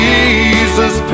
Jesus